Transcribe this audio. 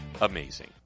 amazing